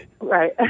Right